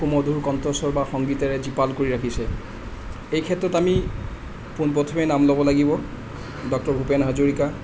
সুমধুৰ কণ্ঠস্বৰ বা সংগীতেৰে জীপাল কৰি ৰাখিছে এই ক্ষেত্ৰত আমি পোন প্ৰথমেই নাম ল'ব লাগিব ডক্তৰ ভূপেন হাজৰিকা